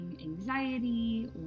anxiety